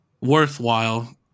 worthwhile